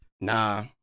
Nah